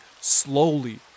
slowly